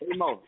Emo